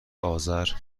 آذر